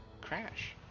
crash